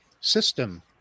system